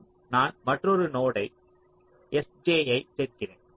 மற்றும் நான் மற்றொரு நோடு sj ஐ சேர்க்கிறேன்